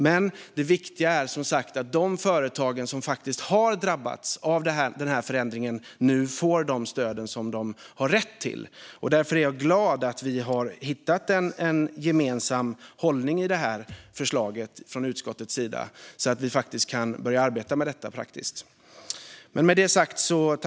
Men det viktiga är som sagt att de företag som har drabbats av förändringen nu får de stöd som de har rätt till. Därför är jag glad över att vi har hittat en gemensam hållning i detta förslag från utskottets sida, så att vi faktiskt kan börja arbeta med detta praktiskt.